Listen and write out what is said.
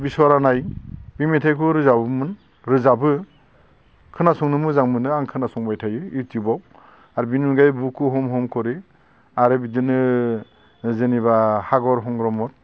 बिषरानाय बे मेथाइखौ रोजाबोमोन रोजाबो खोनासंनो मोजां मोनो आं खोनासंबाय थायो इउटुबाव आरो बिनि अनगायै बुखु हुम हुम करि आरो बिदिनो जेनेबा हागर हंग्रमद